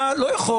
אתה לא יכול